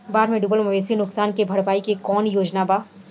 बाढ़ में डुबल मवेशी नुकसान के भरपाई के कौनो योजना वा?